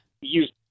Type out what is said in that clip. Use